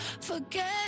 Forget